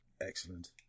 Excellent